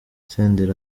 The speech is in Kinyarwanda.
senderi